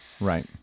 right